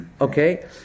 Okay